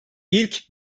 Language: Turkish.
i̇lk